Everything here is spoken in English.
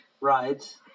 rides